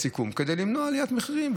כדי למנוע עליית מחירים.